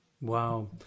Wow